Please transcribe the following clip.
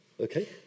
Okay